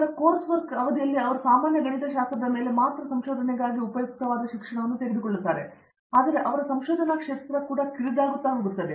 ಅರಂದಾಮ ಸಿಂಗ್ ನಂತರ ಈ ಕೋರ್ಸ್ ಕೆಲಸದ ಅವಧಿಯಲ್ಲಿ ಅವರು ಸಾಮಾನ್ಯ ಗಣಿತಶಾಸ್ತ್ರದ ಮೇಲೆ ಮಾತ್ರ ಸಂಶೋಧನೆಗಾಗಿ ಉಪಯುಕ್ತವಾದ ಶಿಕ್ಷಣವನ್ನು ತೆಗೆದುಕೊಳ್ಳುತ್ತಾರೆ ಆದರೆ ಅವರ ಸಂಶೋಧನಾ ಕ್ಷೇತ್ರಕ್ಕೆ ಕೂಡಾ ಕಿರಿದಾಗುತ್ತಾ ಹೋಗುತ್ತಾರೆ